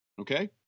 Okay